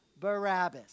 Barabbas